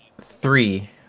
three